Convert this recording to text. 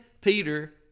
Peter